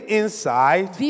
inside